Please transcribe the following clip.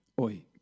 Oi